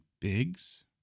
Biggs